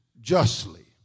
justly